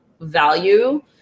value